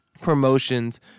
promotions